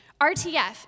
RTF